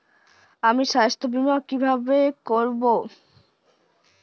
আমি স্বাস্থ্য বিমা কিভাবে করাব?